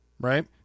Right